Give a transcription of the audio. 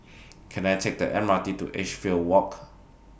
Can I Take The M R T to Edgefield Walk